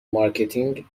مارکتینگ